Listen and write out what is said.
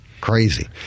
crazy